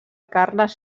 carles